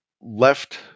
left